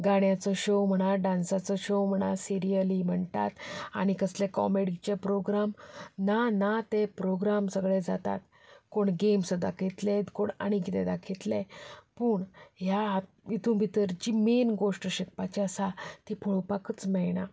गाण्याचो show म्हणा डान्साचो show म्हणा सिरीयली म्हणटात आनी कसले कॉमेडिचे प्रोग्राम ना ना ते प्रोग्राम सगळे जातात कोण गॅम्स दाखयतले कोण आनी कितें दाखयतले पूण ह्या हितूंत भितर जी मैन घोष्ट शिकपाची आसा ती पळोवपाकूच मेळना